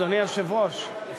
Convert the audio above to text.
אדוני היושב-ראש, כן.